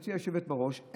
גברתי היושבת בראש,